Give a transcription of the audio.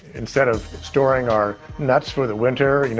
instead of storing our nuts for the winter,